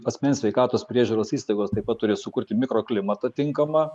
asmens sveikatos priežiūros įstaigos taip pat turi sukurti mikroklimatą tinkamą